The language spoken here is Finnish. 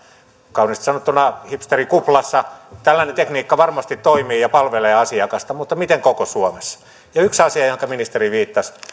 kauniisti sanottuna hipsterikuplassa täällä tekniikka varmasti toimii ja palvelee asiakasta mutta miten koko suomessa ja yksi asia johon ministeri viittasi